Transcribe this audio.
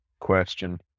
question